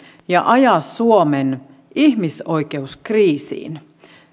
ja ajaa suomen ihmisoikeuskriisiin